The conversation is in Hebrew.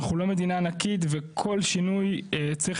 אנחנו לא מדינה ענקית וכל שינוי צריך